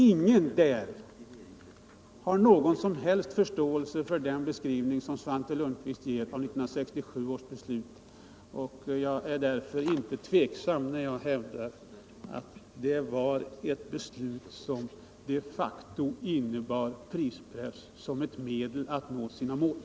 Ingen där har någon som helst förståelse för den beskrivning som Svante Lundkvist gör av 1967 års jordbruksbeslut. Jag är därför inte tveksam när jag hävdar att det var ett beslut som «Nr 54 de facto innebar prispress som ett medel för att nå de uppställda målen.